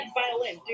violin